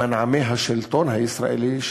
במנעמי השלטון הישראלי,